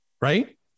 Right